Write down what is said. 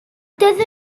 doeddwn